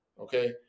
okay